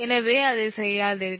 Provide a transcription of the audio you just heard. எனவே அதை செய்யாதீர்கள்